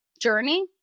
journey